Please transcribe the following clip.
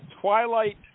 Twilight